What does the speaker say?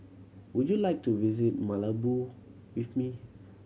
would you like to visit Malabo with me